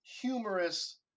humorous